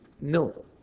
No